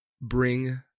Bring